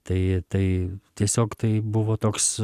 tai tai tiesiog tai buvo toks